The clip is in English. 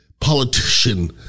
Politician